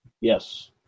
Yes